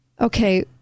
Okay